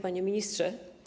Panie Ministrze!